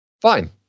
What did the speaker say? Fine